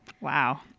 wow